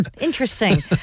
interesting